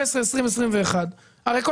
19', 20', 21'. אני מניח